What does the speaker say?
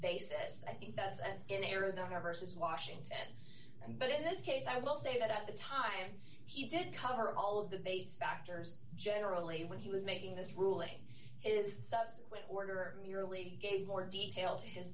basis i think that's and in arizona versus washington and but in this case i will say that at the time he didn't cover all of the base factors generally when he was making this ruling is the subsequent order merely gave more detail to his